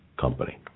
company